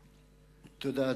תודה.